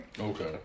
Okay